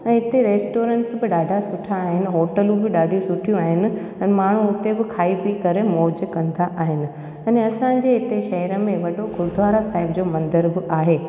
ऐं हिते रेस्टोरेंट्स बि ॾाढा सुठा आहिनि होटलियूं बि ॾाढी सुठियूं आहिनि ऐं माण्हू हुते बि खाई पी करे मौजु कंदा आहिनि अने असांजे हिते शहर में वॾो गुरुद्वारो साहिब जो मंदर बि आहे